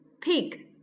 pig